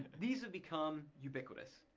these have become ubiquitous.